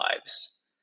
lives